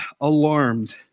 alarmed